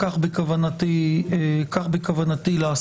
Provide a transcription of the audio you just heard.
וכך בכוונתי לעשות.